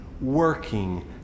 working